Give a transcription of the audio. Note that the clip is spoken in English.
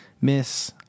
miss